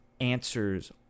answers